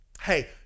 Hey